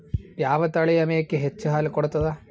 ಯಾವ ತಳಿಯ ಮೇಕಿ ಹೆಚ್ಚ ಹಾಲು ಕೊಡತದ?